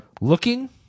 Looking